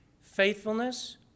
faithfulness